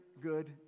good